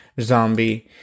Zombie